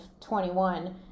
21